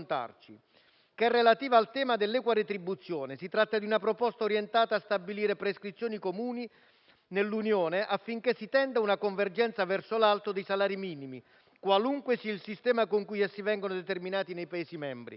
relativa al tema dell'equa retribuzione. Si tratta di una proposta orientata a stabilire prescrizioni comuni nell'Unione affinché si tenda a una convergenza verso l'alto dei salari minimi, qualunque sia il sistema con cui essi vengono determinati nei Paesi membri.